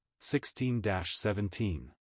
16-17